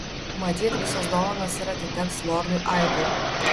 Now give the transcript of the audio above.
matyt visos dovanos ir atiteks lordui aidui